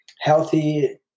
healthy